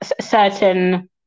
certain